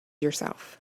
yourself